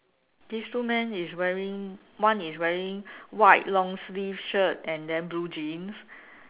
these two men is wearing one is wearing white long sleeve shirt and then blue jeans